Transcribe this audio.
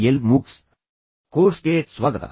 L MOOCs ಕೋರ್ಸ್ಗೆ ಮತ್ತೆ ಸ್ವಾಗತ